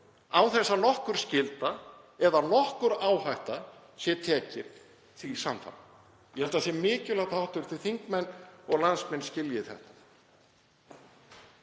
að það sé nokkur skylda eða að nokkur áhætta sé tekin því samfara. Ég held að það sé mikilvægt að hv. þingmenn og landsmenn skilji þetta.